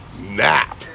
nap